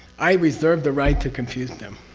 i reserve the right to confuse them.